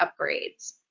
upgrades